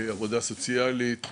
עבודה סוציאלי,